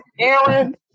Aaron